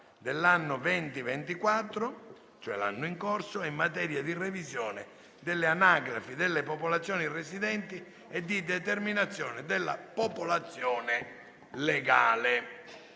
dell'anno 2024 e in materia di revisione delle anagrafi della popolazione residente e di determinazione della popolazione legale